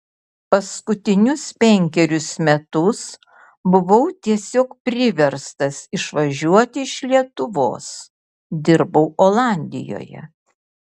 paskutinius penkerius metus buvau tiesiog priverstas išvažiuoti iš lietuvos dirbau olandijoje